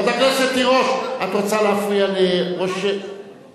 חברת הכנסת תירוש, את רוצה להפריע לראש, ממש לא.